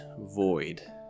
void